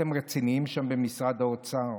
אתם רציניים שם, במשרד האוצר?